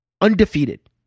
Undefeated